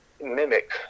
mimic